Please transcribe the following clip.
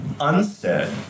unsaid